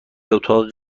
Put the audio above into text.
اتاق